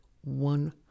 one